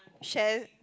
share